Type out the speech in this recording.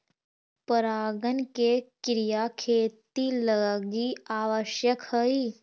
परागण के क्रिया खेती लगी आवश्यक हइ